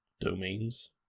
domains